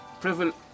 privilege